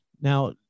Now